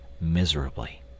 miserably